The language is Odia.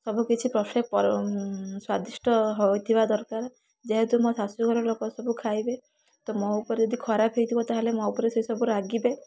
ସବୁ କିଛି ପରଫେକ୍ଟ ପର ସ୍ୱାଦିଷ୍ଟ ହୋଇଥିବା ଦରକାରେ ଯେହେତୁ ମୋ ଶାଶୁଘର ଲୋକ ସବୁ ଖାଇବେ ତ ମୋ ଉପରେ ଯଦି ଖରାପ ହେଇଥିବ ତାହେଲେ ତ ମୋ ଉପରେ ସେ ସବୁ ରାଗିବେ